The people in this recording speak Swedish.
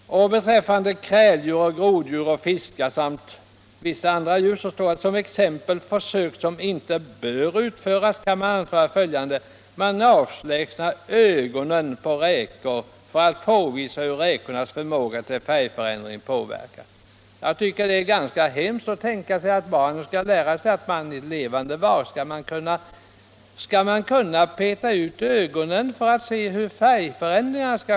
Beträffande kräldjur, groddjur, fiskar och andra djur står det: ”Som exempel på försök som inte bör utföras kan anföras följande. Man avlägsnar ögonen på räkor för att påvisa hur räkornas förmåga till färgförändring påverkas.” Jag tycker det är hemskt att tänka sig att barnen skall lära sig att man kan peta ut ögonen på levande varelser för att se hur djurens förmåga till färgförändringar påverkas.